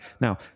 now